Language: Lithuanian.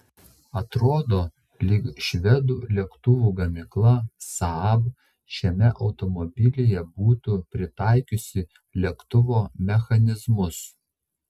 atrodo lyg švedų lėktuvų gamykla saab šiame automobilyje būtų pritaikiusi lėktuvo mechanizmus